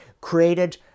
created